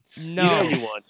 No